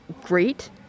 great